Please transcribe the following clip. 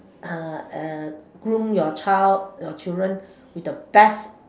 uh groom your child your children with the best